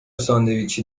ساندویچی